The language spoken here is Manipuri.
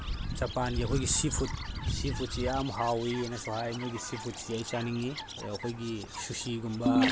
ꯖꯄꯥꯟꯒꯤ ꯑꯩꯈꯣꯏꯒꯤ ꯁꯤ ꯐꯨꯗ ꯁꯤ ꯐꯨꯗꯁꯤ ꯌꯥꯝ ꯍꯥꯎꯏꯅꯁꯨ ꯍꯥꯏ ꯃꯣꯏꯒꯤ ꯁꯤ ꯐꯨꯗꯁꯦ ꯑꯩ ꯆꯥꯅꯤꯡꯏ ꯑꯗꯣ ꯑꯩꯈꯣꯏꯒꯤ ꯁꯨꯁꯤꯒꯨꯝꯕ